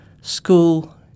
school